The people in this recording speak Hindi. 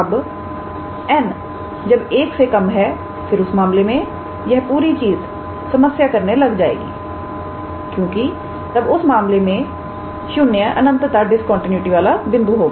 अब 𝑛 जब 1 है फिर उस मामले में यह पूरी चीज समस्या करने लग जाएगी क्योंकि तब उस मामले में 0 अनंतता डिस्कंटीन्यूटी वाला बिंदु होगा